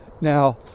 now